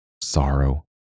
sorrow